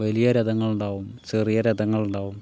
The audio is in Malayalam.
വലിയ രഥങ്ങളുണ്ടാവും ചെറിയ രഥങ്ങളുണ്ടാവും